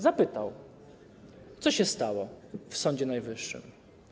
Zapytał: Co się stało w Sądzie Najwyższym?